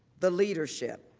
the leadership.